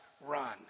run